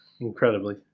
Incredibly